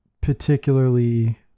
particularly